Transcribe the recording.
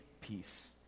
peace